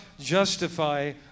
justify